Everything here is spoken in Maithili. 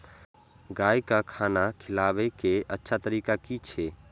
गाय का खाना खिलाबे के अच्छा तरीका की छे?